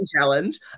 challenge